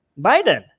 Biden